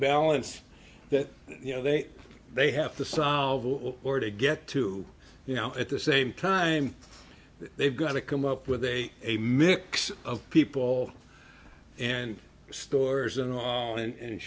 balance that you know they they have to solve or to get to you know at the same time they've got to come up with a a mix of people and stores and all and